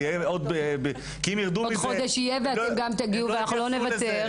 עוד חודש יהיה ואתם גם תגיעו ולא נוותר.